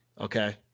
Okay